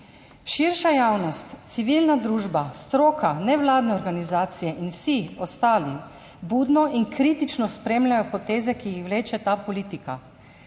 Širša javnost, civilna družba, stroka, nevladne organizacije in vsi ostali budno in kritično spremljajo poteze, ki jih vleče ta politika